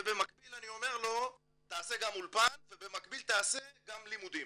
ובמקביל אני אומר לו "תעשה גם אולפן ובמקביל תעשה גם לימודים"